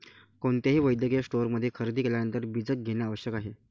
कोणत्याही वैद्यकीय स्टोअरमध्ये खरेदी केल्यानंतर बीजक घेणे आवश्यक आहे